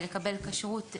לקבל כשרות.